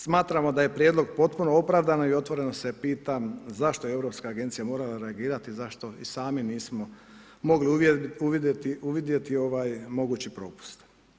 Smatramo da je prijedlog potpuno opravdan i otvoreno se pitam zašto je europska agencija morala reagirati, zašto i sami nismo mogli uvidjeti ovaj mogući propust?